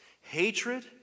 hatred